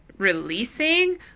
releasing